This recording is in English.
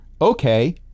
Okay